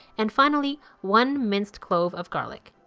and finally, one minced clove of garlic.